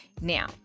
Now